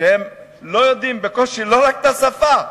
שהם לא יודעים לא רק את השפה,